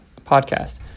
podcast